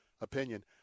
opinion